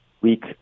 week